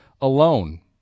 alone